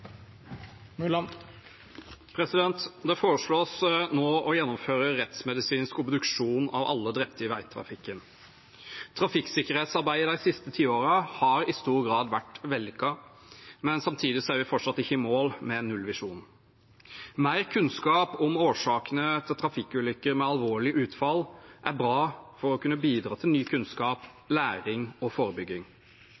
Det foreslås nå å gjennomføre rettsmedisinsk obduksjon av alle drepte i veitrafikken. Trafikksikkerhetsarbeidet de siste tiårene har i stor grad vært vellykket, men samtidig er vi fortsatt ikke i mål med nullvisjonen. Mer kunnskap om årsakene til trafikkulykker med alvorlig utfall er bra for å kunne bidra til ny kunnskap,